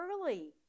early